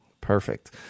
Perfect